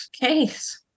case